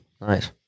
Nice